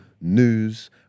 news